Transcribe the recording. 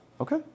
Okay